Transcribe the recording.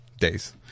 Days